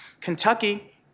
Kentucky